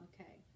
Okay